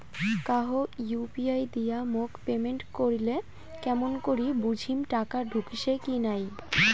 কাহো ইউ.পি.আই দিয়া মোক পেমেন্ট করিলে কেমন করি বুঝিম টাকা ঢুকিসে কি নাই?